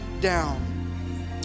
down